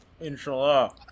inshallah